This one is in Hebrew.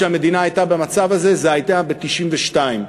שהמדינה הייתה במצב הזה הייתה ב-1992.